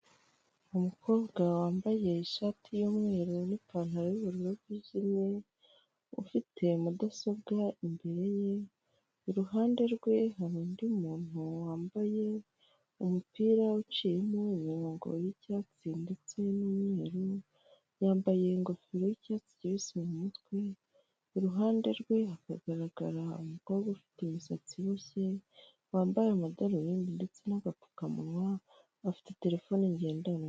Umukobwa wambaye ishati y'umweru n'ipantaro y'ubururu bwijimye, ufite mudasobwa imbere ye, iruhande rwe hari undi muntu wambaye umupira uciyemo imirongo y'icyatsi ndetse n'umweru, yambaye ingofero y'icyatsi kibisi mu mutwe, iruhande rwe hakagaragara umukobwa ufite imisatsi iboshye, wambaye amadarubindi ndetse n'agapfukamunwa afite terefone ngendanwa.